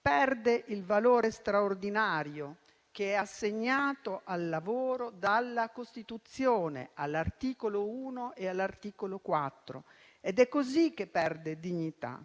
perde il valore straordinario che gli è assegnato dalla Costituzione, all'articolo 1 e all'articolo 4, ed è così che perde dignità.